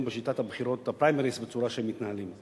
בשיטת הבחירות לפריימריז בצורה שהן מתנהלות.